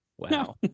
wow